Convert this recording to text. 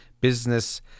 business